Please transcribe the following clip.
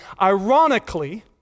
Ironically